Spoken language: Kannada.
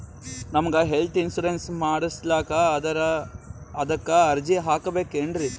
ನಮಗ ಹೆಲ್ತ್ ಇನ್ಸೂರೆನ್ಸ್ ಮಾಡಸ್ಲಾಕ ಅದರಿ ಅದಕ್ಕ ಅರ್ಜಿ ಹಾಕಬಕೇನ್ರಿ?